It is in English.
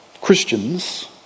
Christians